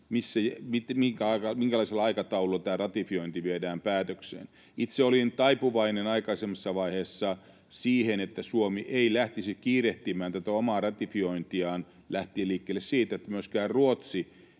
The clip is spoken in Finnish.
minkälaisella aikataululla tämä ratifiointi viedään päätökseen. Itse olin taipuvainen aikaisemmassa vaiheessa siihen, että Suomi ei lähtisi kiirehtimään tätä omaa ratifiointiaan lähtien liikkeelle siitä, että myöskään Ruotsi